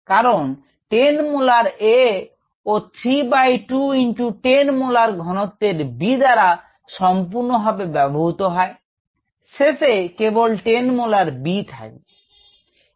কারন 10 molar A ও 32 ×10 molar ঘনত্তের B দ্বারা সম্পুর্ন ভাবে ব্যাবহুত হয় শেষে কেবল 10 মোলার B থাকবে